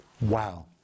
Wow